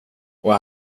och